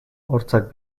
hortzak